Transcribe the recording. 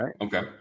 Okay